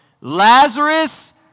Lazarus